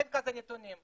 אין כאלה נתונים,